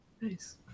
Nice